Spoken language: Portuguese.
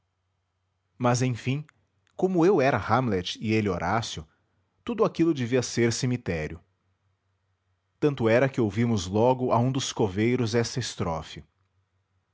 mas enfim como eu era hamlet e ele horácio tudo aquilo devia ser cemitério tanto era que ouvimos logo a um dos coveiros esta estrofe